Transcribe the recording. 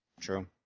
True